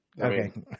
Okay